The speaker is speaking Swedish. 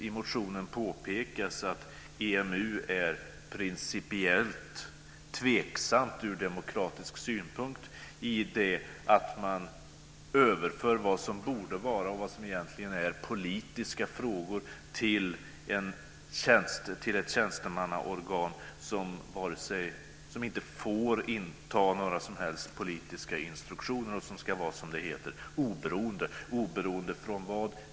I motionen påpekas helt riktigt att EMU är principiellt tveksamt från demokratisk synpunkt i det att man överför vad som borde vara och som egentligen är politiska frågor till ett tjänstemannaorgan som inte får inta några som helst politiska instruktioner och som ska vara, som det heter, oberoende. Oberoende från vad?